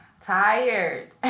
Tired